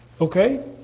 Okay